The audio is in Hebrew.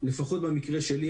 לפחות במקרה שלי.